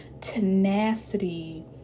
tenacity